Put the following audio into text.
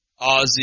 Ozzy